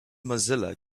mozilla